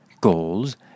goals